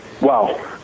wow